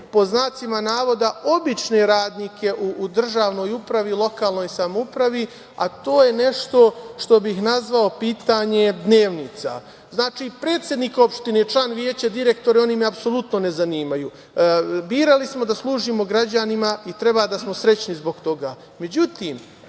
pažnja na te „obične radnike“ u državnoj upravi i lokalnoj samoupravi, a to je nešto što bih nazvao pitanje dnevnica. Znači, predsednik opštine, član veća, direktori, oni me apsolutno ne zanimaju. Birali smo da služimo građanima i treba da smo srećni zbog